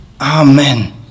Amen